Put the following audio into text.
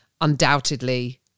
undoubtedly